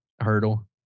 hurdle